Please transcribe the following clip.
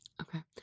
Okay